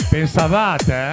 Pensavate